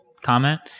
comment